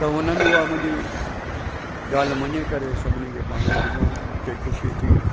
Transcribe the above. त उन्हनि उहा मुंहिंजी ॻाल्हि मञे करे सभिनी खे पाणी ॾिनो मूंखे ख़ुशी थी